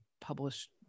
published